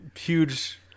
huge